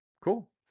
Cool